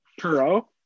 Perot